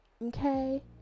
Okay